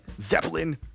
Zeppelin